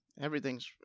Everything's